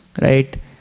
right